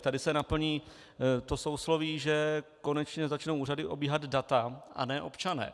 Tady se naplní to sousloví, že konečně začnou úřady obíhat data, a ne občané.